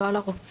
לא על הרופאים,